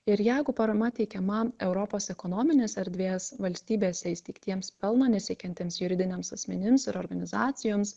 ir jeigu parama teikiama europos ekonominės erdvės valstybėse įsteigtiems pelno nesiekiantiems juridiniams asmenims ir organizacijoms